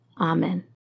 Amen